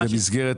ישי פרלמן,